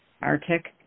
Arctic